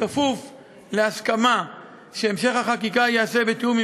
בכפוף להסכמה שהמשך החקיקה ייעשה בתיאום עם